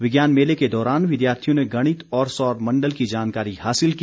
विज्ञान मेले के दौरान विद्यार्थियों ने गणित और सौर मण्डल की जानकारी हासिल की